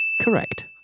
Correct